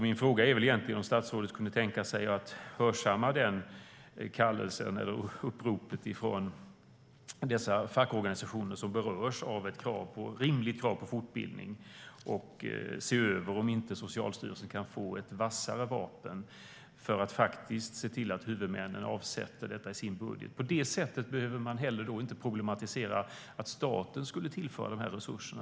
Min fråga är: Kan statsrådet tänka sig att hörsamma kallelsen eller uppropet från dessa fackorganisationer, som berörs av ett rimligt krav på fortbildning, och se över om Socialstyrelsen kan få ett vassare vapen för att se till att huvudmännen avsätter pengar i sin budget? På det sättet behöver man inte problematisera kring att staten skulle tillföra resurserna.